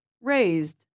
raised